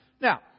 Now